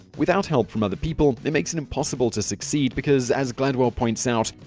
without help from other people, it makes it impossible to succeed because as gladwell points out,